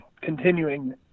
continuing